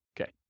Okay